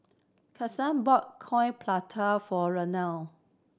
Kanesha bought Coin Prata for Iona